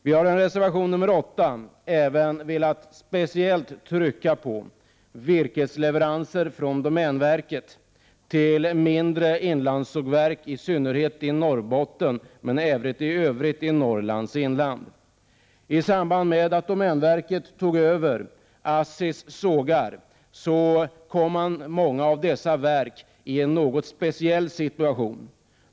I reservation 8 har vi velat peka på frågan om virkesleveranser från domänverket till mindre sågverk i Norrlands inland, i synnerhet i Norrbotten men även i övrigt i Norrlands inland. I samband med att domänverket tog över ASSI:s sågar kom många av dessa sågverk i en något speciell situation.